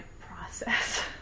process